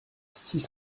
six